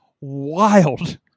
wild